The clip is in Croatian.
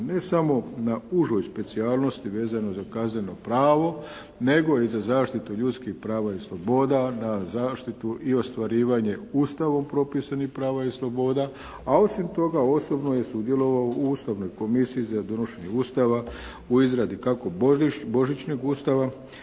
ne samo na užoj specijalnosti vezano za Kazneno pravo nego i za zaštitu ljudskih prava i sloboda, na zaštitu i ostvarivanje Ustavom propisanih prava i sloboda. A osim toga osobno je i sudjelovao u Ustavnoj komisiji za donošenje Ustava, u izradi kako Božićnog Ustava.